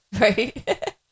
Right